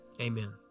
Amen